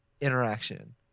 interaction